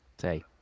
say